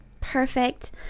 perfect